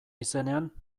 izenean